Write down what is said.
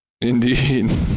Indeed